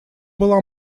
была